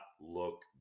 look